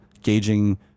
gauging